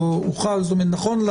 הוא לא מונח על